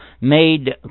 made